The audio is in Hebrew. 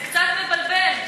זה קצת מבלבל.